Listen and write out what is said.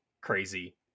crazy